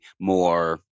more